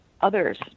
others